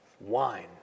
wine